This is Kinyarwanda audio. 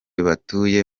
batuye